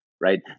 right